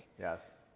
yes